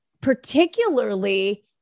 particularly